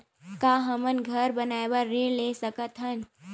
का हमन घर बनाए बार ऋण ले सकत हन?